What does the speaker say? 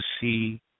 see